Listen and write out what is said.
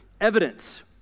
evidence